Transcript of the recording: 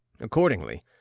Accordingly